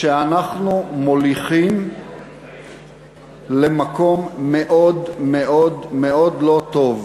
שאנחנו מוליכים למקום מאוד מאוד מאוד לא טוב.